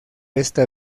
esta